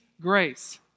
grace